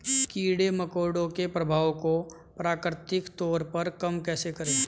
कीड़े मकोड़ों के प्रभाव को प्राकृतिक तौर पर कम कैसे करें?